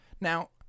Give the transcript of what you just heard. Now